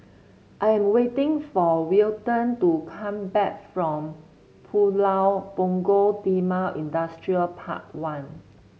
I am waiting for Wilton to come back from Pulau Punggol Timor Industrial Park One